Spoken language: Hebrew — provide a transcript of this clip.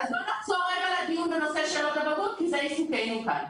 אז בוא נחזור רגע לדיון בנושא שאלות הבגרות כי זה עיסוקנו כאן.